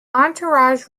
entourage